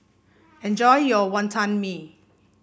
enjoy your Wantan Mee